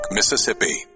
Mississippi